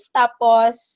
tapos